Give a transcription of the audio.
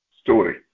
story